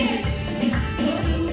and it mean